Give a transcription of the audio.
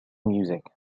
music